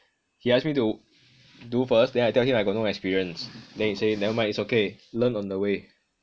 he ask me to do first then I tell him I got no experience then he say nevermind it's okay learn on the way